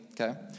okay